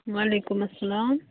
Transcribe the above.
وعلیکُم اسلام